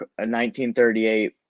1938